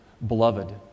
beloved